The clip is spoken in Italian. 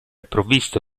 provvisto